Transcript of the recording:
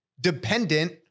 dependent